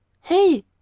hey